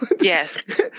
yes